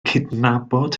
cydnabod